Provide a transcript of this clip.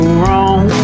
wrong